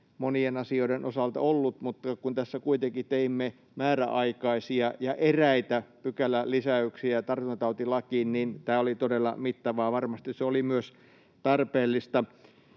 monien asioiden osalta ollut, mutta kun tässä kuitenkin teimme määräaikaisia ja eräitä pykälälisäyksiä tartuntatautilakiin, niin tämä oli todella mittavaa, varmasti se oli myös tarpeellista.